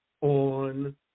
on